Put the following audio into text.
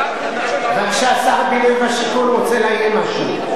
ועכשיו שר הבינוי והשיכון רוצה להעיר משהו.